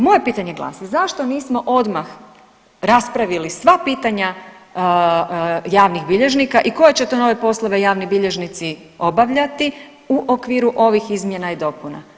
Moje pitanje glasi, zašto nismo odmah raspravili sva pitanja javnih bilježnika i koje će to nove poslove javni bilježnici obavljati u okviru ovih izmjena i dopuna?